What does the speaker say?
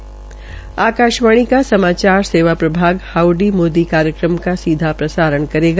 बोरा आकाशवाणी का समाचार सेवा प्रभाग हाउडी मोदी कार्यक्रम का सीधा प्रसारण करेगा